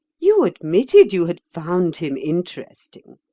you admitted you had found him interesting.